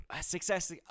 success